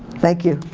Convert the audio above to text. thank you.